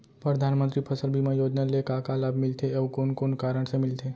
परधानमंतरी फसल बीमा योजना ले का का लाभ मिलथे अऊ कोन कोन कारण से मिलथे?